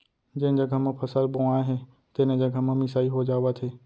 जेन जघा म फसल बोवाए हे तेने जघा म मिसाई हो जावत हे